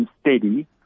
steady